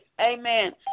Amen